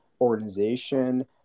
organization